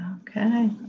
Okay